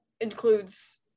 includes